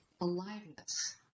aliveness